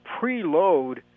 preload